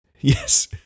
Yes